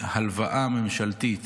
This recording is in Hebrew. הלוואה ממשלתית